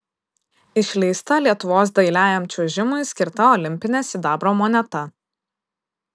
išleista lietuvos dailiajam čiuožimui skirta olimpinė sidabro moneta